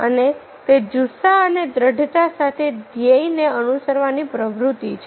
અને તે જુસ્સા અને દ્રઢતા સાથે ધ્યેયને અનુસરવાની વૃત્તિ છે